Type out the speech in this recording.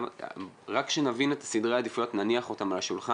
רק שנבין את סדרי העדיפויות ונניח אותם על השולחן.